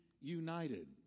united